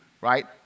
right